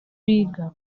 biga